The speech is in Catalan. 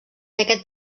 aquest